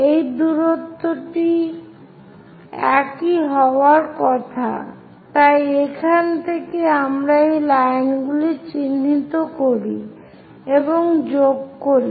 এই দূরত্বটি একই হওয়ার কথা তাই এখান থেকে আমরা এই লাইনগুলিকে চিহ্নিত করি এবং যোগ করি